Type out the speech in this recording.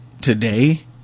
today